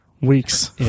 Weeks